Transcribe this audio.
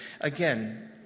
Again